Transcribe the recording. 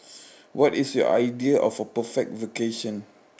what is your idea of a perfect vacation